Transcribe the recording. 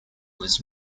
was